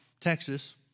Texas